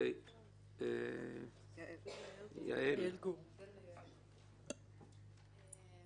יעל גור, בבקשה.